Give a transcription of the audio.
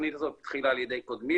התוכנית הזאת התחילה על ידי קודמי,